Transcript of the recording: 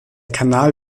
kanal